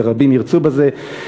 ורבים ירצו בזה,